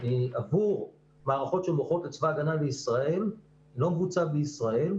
עבור מערכות שמוכרות לצבא ההגנה לישראל לא מבוצע בישראל,